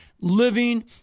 living